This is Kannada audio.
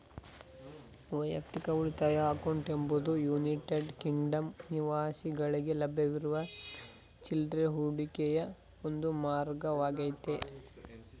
ವೈಯಕ್ತಿಕ ಉಳಿತಾಯ ಅಕೌಂಟ್ ಎಂಬುದು ಯುನೈಟೆಡ್ ಕಿಂಗ್ಡಮ್ ನಿವಾಸಿಗಳ್ಗೆ ಲಭ್ಯವಿರುವ ಚಿಲ್ರೆ ಹೂಡಿಕೆಯ ಒಂದು ಮಾರ್ಗವಾಗೈತೆ